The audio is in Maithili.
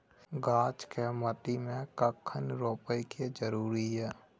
गाछ के माटी में कखन रोपय के जरुरी हय?